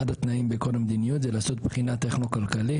אחד התנאים בכל מדיניות הוא לעשות בחינה טכנו-כלכלית,